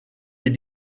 les